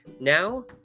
Now